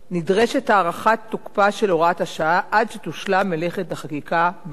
נדרשת הארכת תוקפה של הוראת השעה עד שתושלם מלאכת החקיקה בנושא.